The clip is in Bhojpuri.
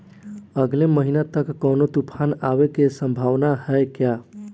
अगले महीना तक कौनो तूफान के आवे के संभावाना है क्या?